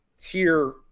tier